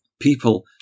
people